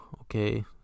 okay